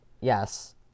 Yes